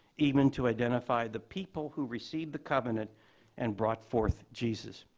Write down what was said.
even to identify the people who receive the covenant and brought forth jesus.